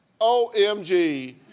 OMG